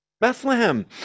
Bethlehem